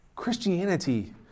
Christianity